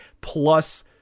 plus